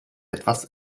etwas